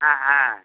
ஆ ஆ